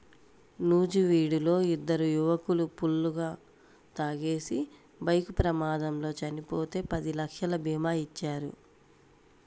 నూజివీడులో ఇద్దరు యువకులు ఫుల్లుగా తాగేసి బైక్ ప్రమాదంలో చనిపోతే పది లక్షల భీమా ఇచ్చారు